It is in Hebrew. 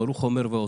ברוך אומר ועושה.